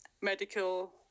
medical